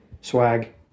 swag